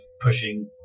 pushing